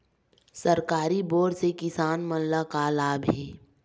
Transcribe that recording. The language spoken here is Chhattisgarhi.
सरकारी बोर से किसान मन ला का लाभ हे?